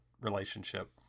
relationship